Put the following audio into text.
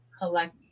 collect